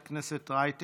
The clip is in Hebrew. חברת הכנסת רייטן,